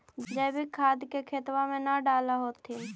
जैवीक खाद के खेतबा मे न डाल होथिं?